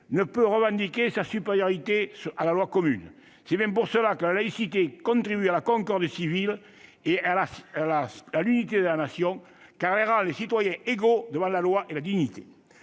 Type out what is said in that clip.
ne peut revendiquer sa supériorité à la loi commune. C'est bien pour cela que la laïcité contribue à la concorde civile et à l'unité de la Nation, car elle rend les citoyens égaux devant la loi et dans la dignité.